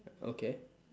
okay